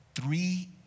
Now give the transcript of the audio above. Three